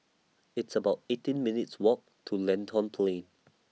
It's about eighteen minutes' Walk to Lentor Plain